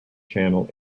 channel